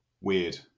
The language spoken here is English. weird